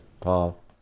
Paul